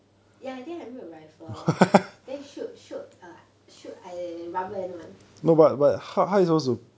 ya I think it made of rifle then shoot shoot err shoot rubber band [one]